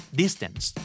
distance